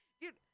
dude